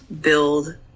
build